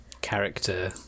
character